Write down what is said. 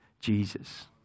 Jesus